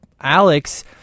Alex